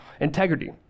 integrity